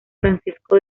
francisco